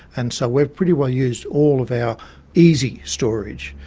and so we've pretty well used all of our easy storage.